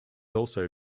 also